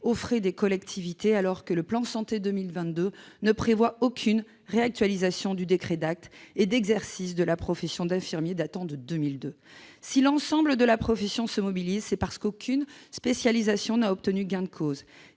aux frais des collectivités, alors que le plan « Santé 2022 » ne prévoit aucune réactualisation du décret d'actes et d'exercice de la profession d'infirmier datant de 2002 ? Si l'ensemble de la profession se mobilise, c'est parce qu'aucune spécialisation n'a obtenu gain de cause